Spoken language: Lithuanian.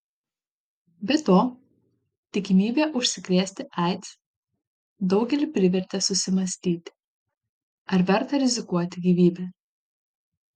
be to tikimybė užsikrėsti aids daugelį privertė susimąstyti ar verta rizikuoti gyvybe